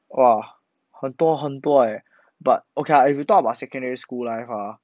!wah! 很多很多 eh but okay lah if you talk about secondary school life ha